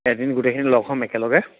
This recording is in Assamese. এদিন গোটেইখিনি লগ হম একেলগে